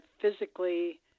physically